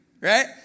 Right